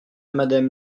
madame